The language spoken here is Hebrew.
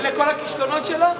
ולכל הכישלונות שלה?